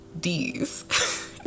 D's